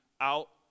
out